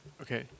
Okay